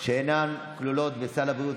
שאינן כלולות בסל הבריאות),